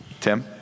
Tim